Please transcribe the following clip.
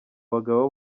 bagabo